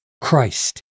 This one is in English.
Christ